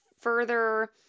further